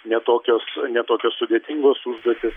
ne tokios ne tokios sudėtingos užduotys